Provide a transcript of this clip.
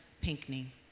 Pinckney